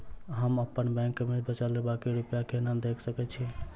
हम अप्पन बैंक मे बचल बाकी रुपया केना देख सकय छी?